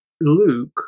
Luke